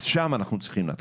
אז שם אנחנו צריכים להתחיל,